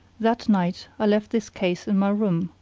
that night i left this case in my room,